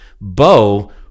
Bo